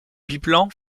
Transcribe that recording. biplan